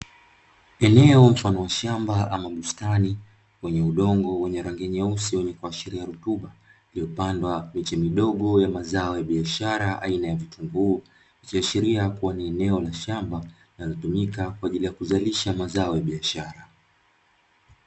Eneo mfano wa shamba ama bustani wenye udongo wenye rangi nyeusi wenye kuashiria rutuba iliopandwa miche midogo ya mazao ya biashara, aina ya vitunguu ikiashiria kuwa ni eneo la shamba linalotumika kwa ajili ya kuzalisha mazao ya biashara.